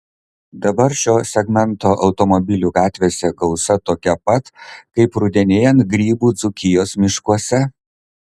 dabar šio segmento automobilių gatvėse gausa tokia pat kaip rudenėjant grybų dzūkijos miškuose